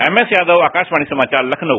M S Yadav Akashvani समाचार लखनऊ